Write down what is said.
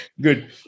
Good